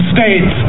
States